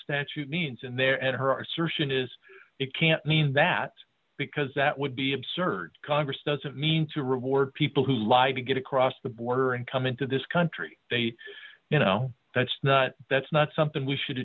statute means and there at her assertion is it can't mean that because that would be absurd congress doesn't mean to reward people who lied to get across the border and come into this country they you know that's not that's not something we should